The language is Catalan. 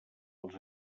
les